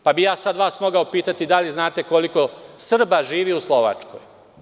Sada bih ja vas mogao pitati – da li znate koliko Srba živi u Slovačkoj?